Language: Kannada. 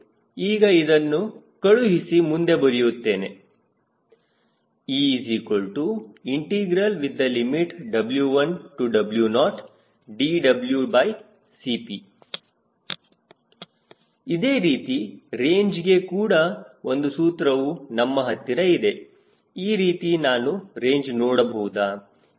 ಈಗ ಇದನ್ನು ಕಳುಹಿಸಿ ಮುಂದೆ ಬರೆಯುತ್ತೇನೆ EW1W0dWCP ಇದೇ ರೀತಿ ರೇಂಜ್ಗೆ ಕೂಡ ಒಂದು ಸೂತ್ರವು ನಮ್ಮ ಹತ್ತಿರ ಇದೆ ಈ ರೀತಿ ನಾನು ರೇಂಜ್ ನೋಡಬಹುದಾ